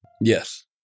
yes